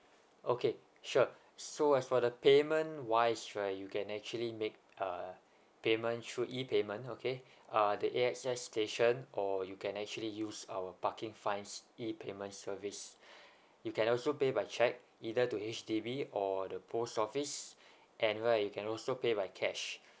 okay sure so as for the payment wise right you can actually make a payment through E payment okay ah the A_X_S station or you can actually use our parking fines E payment service you can also pay by cheque either to H_D_B or the post office anywhere you can also pay by cash